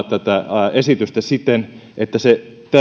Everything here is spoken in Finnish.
tätä esitystä siten että se